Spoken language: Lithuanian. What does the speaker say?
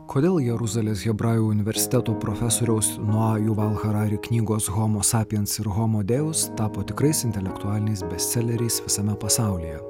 kodėl jeruzalės hebrajų universiteto profesoriaus noa juval charari knygos homo sapiens ir homo deus tapo tikrais intelektualiniais bestseleriais visame pasaulyje